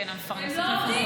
כי הן המפרנסות היחידות.